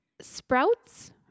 sprouts